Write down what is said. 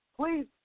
please